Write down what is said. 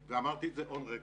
ואמרתי את זה "און רקורד".